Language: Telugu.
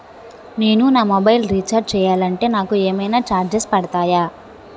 నేను నా మొబైల్ రీఛార్జ్ చేయాలంటే నాకు ఏమైనా చార్జెస్ పడతాయా?